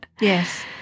Yes